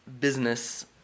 business